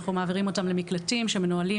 אנחנו מעבירים אותן למקלטים שמנוהלים